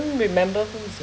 still remember who is the